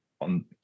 on